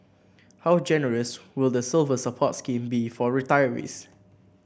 how generous will the Silver Support scheme be for retirees